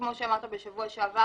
כמו שאמרת בשבוע שעבר,